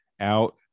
out